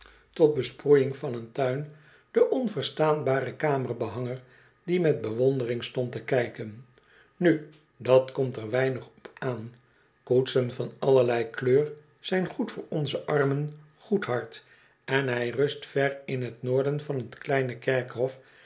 tot besproeiing van een tuin den onverstaanbaren kamerbehanger die met bewondering stond te kijken nu dat komt er weinig op aan koetsen van allerlei kleur zijn goed voor onzen armen goedhart en hij rust ver in t noorden van t kleine kerkhof